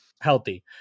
healthy